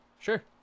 sure